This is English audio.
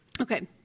Okay